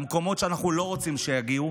למקומות שאנחנו לא רוצים שיגיעו,